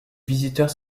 visiteurs